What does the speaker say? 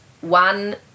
one